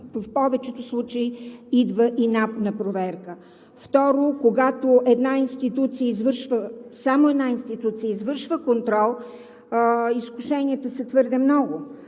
в повечето случаи идва на проверка и НАП. Второ, когато само една институция извършва контрол, изкушенията са твърде много,